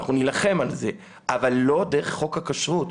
אנחנו נילחם על זה, אבל לא דרך חוק הכשרות.